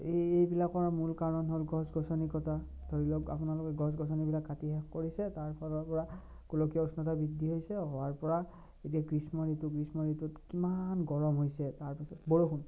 এইবিলাকৰ মূল কাৰণ হ'ল গছ গছনি কটা ধৰি লওক আপোনালোকে গছ গছনিবিলাক কাটি শেষ কৰিছে তাৰ ফলৰ পৰা গোলকীয় উষ্ণতা বৃদ্ধি হৈছে হোৱাৰ পৰা এতিয়া গ্ৰীষ্ম ঋতু গ্ৰীষ্ম ঋতুত কিমান গৰম হৈছে তাৰপিছত বৰষুণ